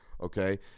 okay